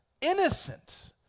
innocent